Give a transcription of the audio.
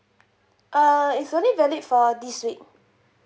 uh is only valid for this week